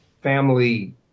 family